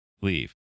leave